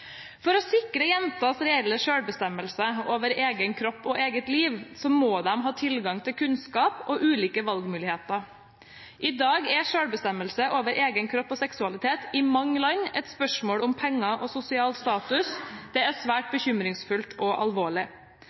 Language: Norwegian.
For å sikre jenters reelle selvbestemmelse over egen kropp og eget liv må de ha tilgang til kunnskap og ulike valgmuligheter. I dag er selvbestemmelse over egen kropp og seksualitet i mange land et spørsmål om penger og sosial status. Det er svært bekymringsfullt og alvorlig.